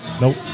nope